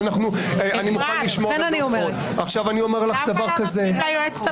אבל אני מוכן לשמוע --- למה לא נותנים ליועצת המשפטית לענות?